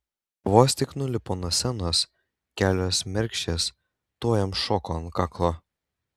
vos tik nulipo nuo scenos kelios mergšės tuoj jam šoko ant kaklo